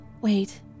wait